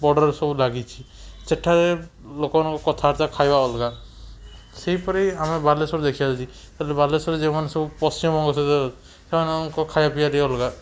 border ସବୁ ଲାଗିଛି ସେଠାରେ ଲୋକମାନଙ୍କ କଥାବାର୍ତ୍ତା ଖାଇବା ଅଲଗା ସେହିପରି ଆମେ ବାଲେଶ୍ୱର ଦେଖିବା ଯଦି ତାହେଲେ ବାଲେଶ୍ୱର ଯେଉଁମାନେ ସବୁ ପଶ୍ଚିମବଙ୍ଗ ସେମାନଙ୍କ ଖାଇବା ପିଇବା ଟିକିଏ ଅଲଗା